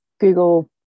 google